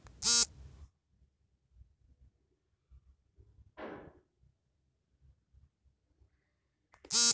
ತಂಬಾಕನ್ನು ತಣ್ಣನೆ ಚೌಕಟ್ಟಲ್ಲಿ ಮೊಳಕೆಯೊಡೆಯಲಾಗ್ತದೆ ನಂತ್ರ ಪಕ್ವವಾಗುವರೆಗೆ ಹೊಲಕ್ಕೆ ಸ್ಥಳಾಂತರಿಸ್ಲಾಗ್ತದೆ